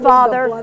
Father